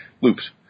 loops